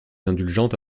indulgente